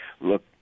Look